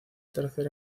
tercer